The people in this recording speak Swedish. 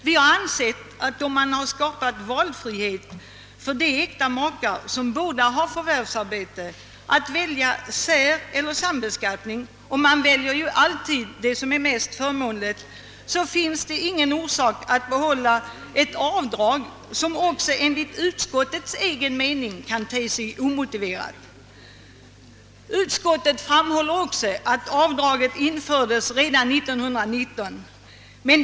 Vi har ansett, att när det har skapats valfrihet för de äkta makar som båda har förvärvsarbete att välja säreller sambeskattning — och man väljer ju alltid det som är mest förmånligt -— finns det ingen orsak att behålla ett avdrag som enligt utskottets egen mening kan te sig omotiverat. Utskottet framhåller att avdraget infördes redan år 1919.